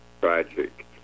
tragic